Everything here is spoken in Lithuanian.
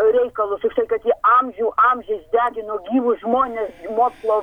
reikalus užtat kad jie amžių amžiais degino gyvus žmones mokslo